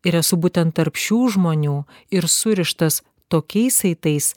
ir esu būtent tarp šių žmonių ir surištas tokiais saitais